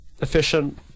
efficient